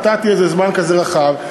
נתתי איזה זמן כזה רחב,